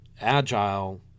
Agile